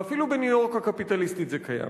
ואפילו בניו-יורק הקפיטליסטית זה קיים.